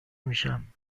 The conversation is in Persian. میشم